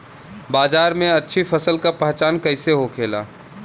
बाजार में अच्छी फसल का पहचान कैसे होखेला?